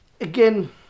Again